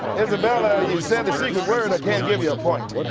isabella, you said the secret word. i can't give you a point.